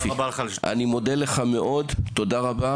אני מודה לך מאוד, תודה רבה.